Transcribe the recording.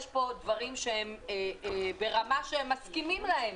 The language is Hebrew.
ויש פה דברים שהם מסכימים אליהם,